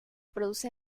produce